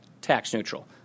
tax-neutral